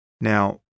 Now